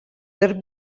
tarp